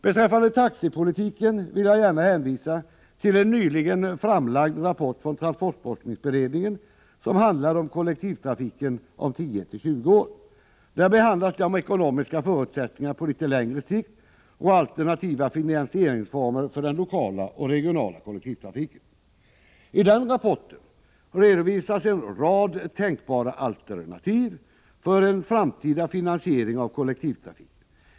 Beträffande taxepolitiken vill jag gärna hänvisa till en nyligen framlagd rapport från transportforskningsberedningen som handlar om kollektivtrafiken om 10-20 år. Där behandlas de ekonomiska förutsättningarna på litet längre sikt, och alternativa finansieringsformer för den lokala och regionala kollektivtrafiken. I den rapporten redovisades en rad tänkbara alternativ för en framtida finansiering av kollektivtrafiken.